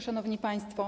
Szanowni Państwo!